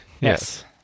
Yes